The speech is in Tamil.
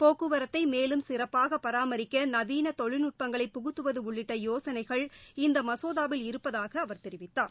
போக்குவரத்தைமேலும் சிறப்பாகபராமரிக்கநவீனதொழில்நுட்பங்களைப் புகுத்துவதுஉள்ளிட்டயோசனைகள் இந்தமசோதாவில் இருப்பதாகஅவர் தெரிவித்தார்